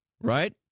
right